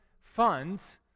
funds